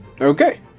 Okay